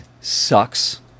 sucks